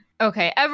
Okay